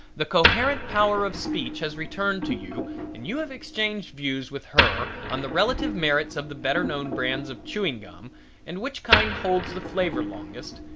the coherent power of speech has returned to you and you have exchanged views with her on the relative merits of the better known brands of chewing gum and which kind holds the flavor longest,